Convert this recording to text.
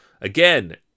Again